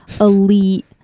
elite